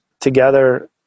together